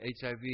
HIV